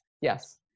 Yes